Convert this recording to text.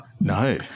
No